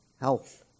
health